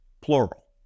plural